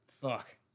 Fuck